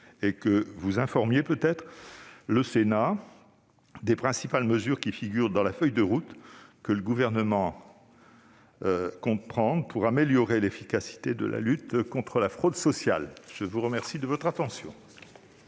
et que vous informiez le Sénat des principales mesures qui figurent dans la feuille de route que le Gouvernement compte adopter pour améliorer l'efficacité de la lutte contre la fraude sociale. La parole est à M.